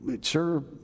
sure